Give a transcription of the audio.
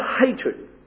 hatred